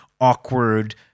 awkward